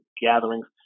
gatherings